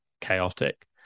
chaotic